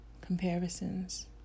Comparisons